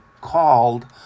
called